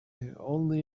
only